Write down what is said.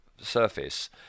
surface